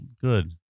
good